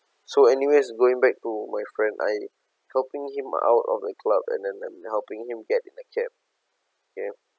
so anyways going back to my friend I helping him out of a club and then um helping him get in the cab okay